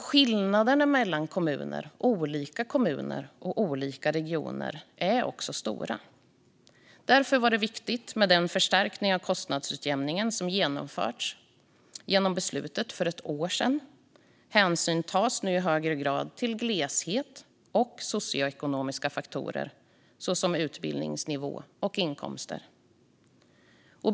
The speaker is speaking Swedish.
Skillnaderna mellan olika kommuner och regioner är också stora. Därför var det viktigt med den förstärkning av kostnadsutjämningen som genomfördes genom beslutet för ett år sedan. Hänsyn tas nu i högre grad till gleshet och socioekonomiska faktorer, såsom utbildningsnivåer och inkomster.